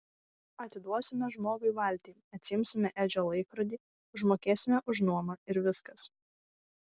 atiduosime žmogui valtį atsiimsime edžio laikrodį užmokėsime už nuomą ir viskas